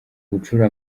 gucura